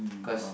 cause